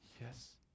Yes